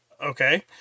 okay